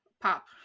pop